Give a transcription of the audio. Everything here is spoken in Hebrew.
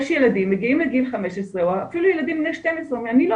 יש ילדים שמגיעים לגיל 15 או אפילו ילדים בני 12 שאומרים 'אני לא